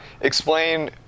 Explain